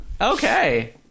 Okay